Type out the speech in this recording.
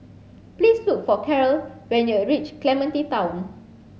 please look for Caryl when you reach Clementi Town